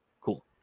Cool